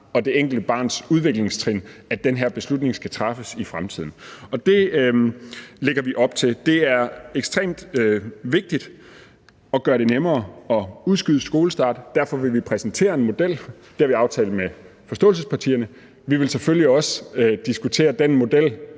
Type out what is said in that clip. og det enkelte barns udviklingstrin, at den her beslutning skal træffes i fremtiden. Det lægger vi op til. Det er ekstremt vigtigt at gøre det nemmere at udskyde skolestart. Derfor vil regeringen præsentere en model, det har vi aftalt med partierne bag forståelsespapiret. Vi vil selvfølgelig også diskutere den model